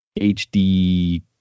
HD